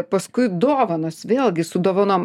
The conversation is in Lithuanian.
paskui dovanos vėlgi su dovanom